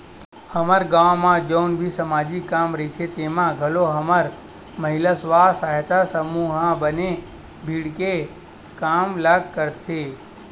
हमर गाँव म जउन भी समाजिक काम रहिथे तेमे घलोक हमर महिला स्व सहायता समूह ह बने भीड़ के काम ल करथे